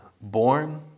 born